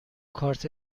کارت